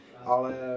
ale